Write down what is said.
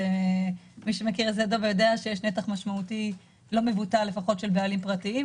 מי שמכיר את שדה דב יודע שיש נתח משמעותי לא מבוטל של בעלים פרטיים,